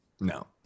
No